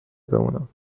بمونم